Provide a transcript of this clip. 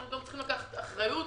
אנחנו גם צריכים לקחת אחריות